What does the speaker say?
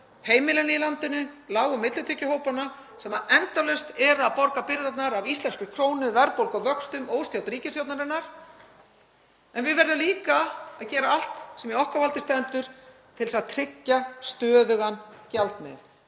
heimilin í landinu, lág- og millitekjuhópana sem endalaust eru að borga byrðarnar af íslensku krónunni, verðbólgu og vöxtum, óstjórn ríkisstjórnarinnar, en við verðum líka að gera allt sem í okkar valdi stendur til að tryggja stöðugan gjaldmiðil.